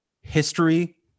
History